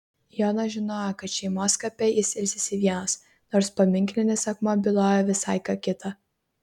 jonas žinojo kad šeimos kape jis ilsisi vienas nors paminklinis akmuo byloja visai ką kita